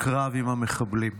בקרב עם המחבלים.